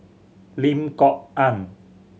Lim Kok Ann